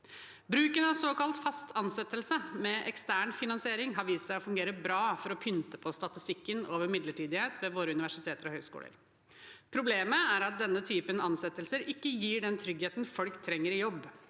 Bruken av såkalt fast ansettelse med ekstern finansiering har vist seg å fungere bra for å pynte på statistikken over midlertidighet ved våre universiteter og høyskoler. Problemet er at denne typen ansettelser ikke gir den tryggheten folk trenger i jobb.